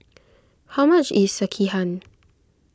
how much is Sekihan